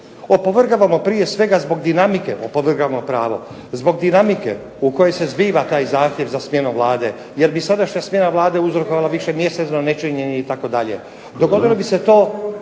"Opovrgavamo prije svega zbog dinamike, opovrgavamo pravo zbog dinamike u kojoj se zbiva taj zahtjev za smjenom Vlade jer bi sadašnja smjena Vlade uzrokovala višemjesečno nečinjenje itd.